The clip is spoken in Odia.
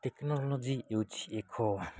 ଟେକ୍ନୋଲୋଜି ହେଉଛି ଏକ